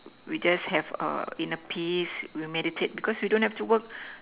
we just have inner peace we meditate because we don't have to work